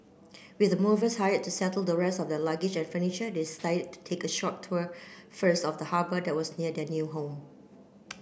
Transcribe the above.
with the movers hired to settle the rest of their luggage and furniture they decided take a short tour first of the harbour that was near the new home